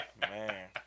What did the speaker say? Man